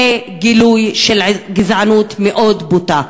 זה גילוי של גזענות מאוד בוטה.